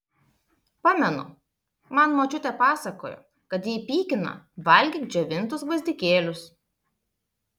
pamenu man močiutė pasakojo kad jei pykina valgyk džiovintus gvazdikėlius